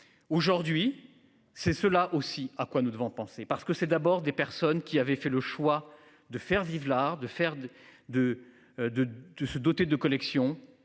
Aujourd'hui c'est cela aussi à quoi nous devons penser parce que c'est d'abord des personnes qui avaient fait le choix de faire vivre l'art de faire de de de de se